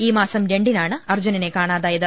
ഈ മാസം രണ്ടിനാണ് അർജുനനെ കാണാതായത്